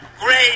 great